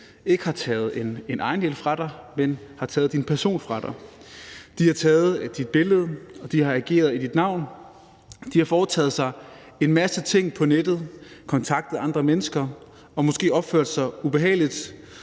ikke har taget en ejendel fra dig, men har taget din person fra dig. De har taget dit billede, og de har ageret i dit navn; de har foretaget sig en masse ting på nettet, kontaktet andre mennesker og måske opført sig ubehageligt,